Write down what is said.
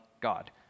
God